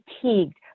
fatigued